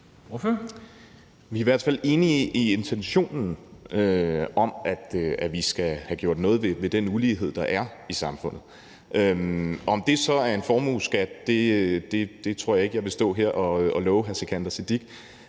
Vi er i hvert fald enige i intentionen om, at vi skal have gjort noget ved den ulighed, der er i samfundet. Om det så er ved en formueskat, tror jeg ikke jeg vil stå her og love hr. Sikandar Siddique.